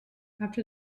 after